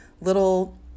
little